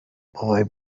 boy